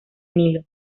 nilo